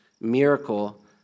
miracle